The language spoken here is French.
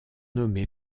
nommé